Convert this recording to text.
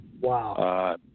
Wow